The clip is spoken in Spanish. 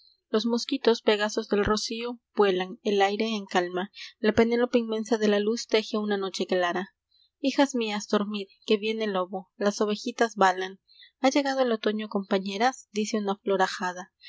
los mosquitos pegasos del rocío vuelan el aire en calma la penelope inmensa de la luz t eje una noche clara hijas mías dormid que viene el lobo las ovejitas balan fe ha llegado el otoño compañeras dice una flor ajada